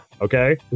Okay